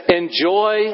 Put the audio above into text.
enjoy